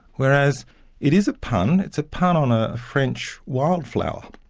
whereas it is a pun it's a pun on a french wildflower,